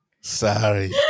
Sorry